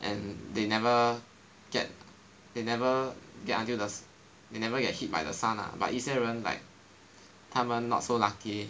and they never get they never get until the s~ they never get hit by the sun ah but 一些人 like 他们 not so lucky